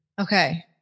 Okay